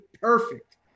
perfect